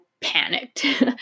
panicked